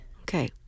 Okay